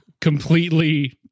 completely